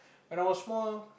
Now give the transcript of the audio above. when I was small